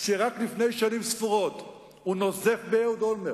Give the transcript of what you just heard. שרק לפני שנים ספורות הוא נוזף באהוד אולמרט,